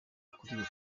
kuri